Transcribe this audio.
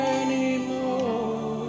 anymore